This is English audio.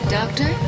Doctor